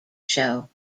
show